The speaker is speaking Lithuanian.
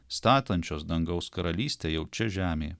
statančios dangaus karalystę jau čia žemėje